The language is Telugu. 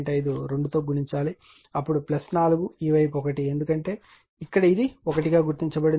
5 2 తో గుణించాలి అప్పుడు 4 ఈ వైపు 1 ఎందుకంటే ఇక్కడ ఇది 1 గా గుర్తించబడింది